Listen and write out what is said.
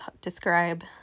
describe